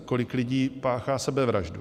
Kolik lidí páchá sebevraždu.